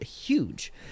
huge